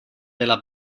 della